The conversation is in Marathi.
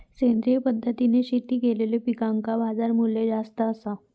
सेंद्रिय पद्धतीने शेती केलेलो पिकांका बाजारमूल्य जास्त आसा